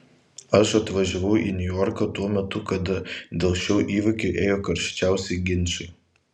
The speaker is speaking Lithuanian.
aš atvažiavau į niujorką tuo metu kada dėl šio įvykio ėjo karščiausi ginčai